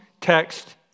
text